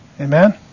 Amen